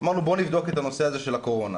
אמרנו 'בואו נבדוק את הנושא של הקורונה'.